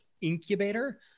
incubator